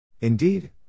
Indeed